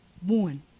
One